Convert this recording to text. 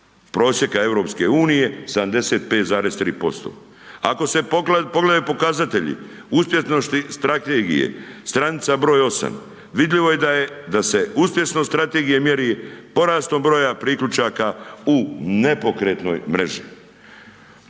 prosjeka EU 75,3%. Ako se pogledaju pokazatelji uspješnosti strategije, stanica broj 8, vidljivo je da se uspješnost strategije mjeri porastom broja priključaka u nepokretnoj mreži.